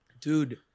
dude